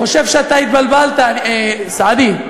אני חושב שאתה התבלבלת, סעדי.